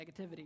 negativity